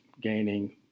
gaining